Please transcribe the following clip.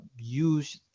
use